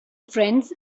friends